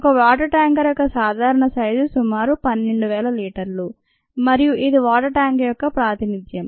ఒక water tanker యొక్క సాధారణ సైజు సుమారు 12000 లీటర్లు మరియు ఇది వాటర్ ట్యాంకర్ యొక్క ప్రాతినిధ్యం